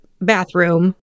bathroom